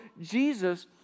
Jesus